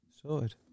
sorted